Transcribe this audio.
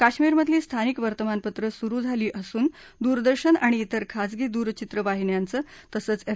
काश्मीरमधली स्थानिक वर्तमानपत्रं सुरु झाली असून दूरदर्शन आणि तिर खाजगी दूरचित्र वाहिन्यांचं तसंच एफ